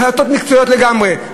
החלטות מקצועיות לגמרי.